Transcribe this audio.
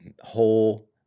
Whole